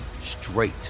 straight